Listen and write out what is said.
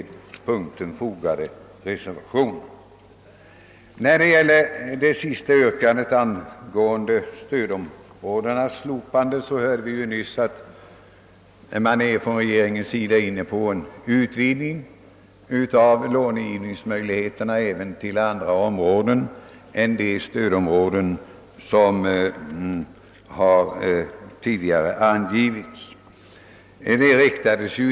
När det gäller vårt yrkande på stödområdenas slopande hörde vi nyss, att man från regeringens sida är inne på en utvidgning av långivningsmöjligheterna även till andra områden än de stödområden som tidigare angivits.